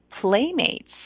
playmates